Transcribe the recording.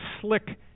slick